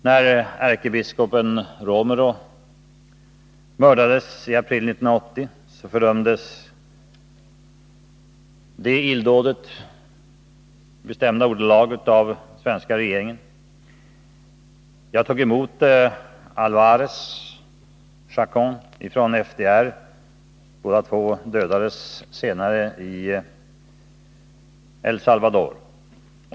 När ärkebiskopen Romero mördades i april 1980 fördömdes det illdådet i bestämda ordalag av den svenska regeringen. Jag tog emot Alvarez och Chacon från FDR. Båda två dödades senare i El Salvador.